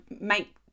make